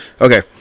Okay